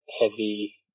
Heavy